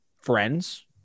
friends